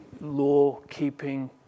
law-keeping